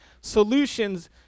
Solutions